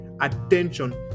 attention